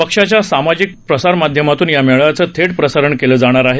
पक्षाच्या सामाजिक प्रसारमाध्यमातून या मेळाव्याचं थेट प्रसारण केलं जाणार आहे